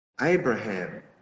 Abraham